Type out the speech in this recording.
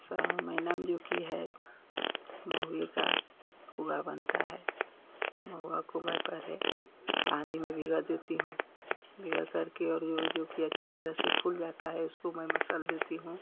श्रावण महिना में जो कि है महुए का पुआ बनता है महुआ को मैं पहले पानी में भीगा देती हूँ भिंगाकर के और जो वो जो कि अच्छी तरह से फूल जाता है उसको मैं मसल देती हूँ